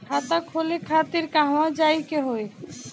खाता खोले खातिर कहवा जाए के होइ?